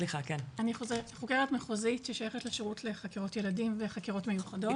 אני חוקרת מחוזית ששייכת לשירות לחקירות ילדים וחקירות מיוחדות,